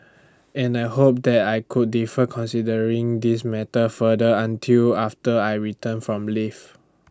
and I hoped that I could defer considering this matter further until after I return from leave